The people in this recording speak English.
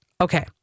Okay